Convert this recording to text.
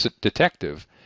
detective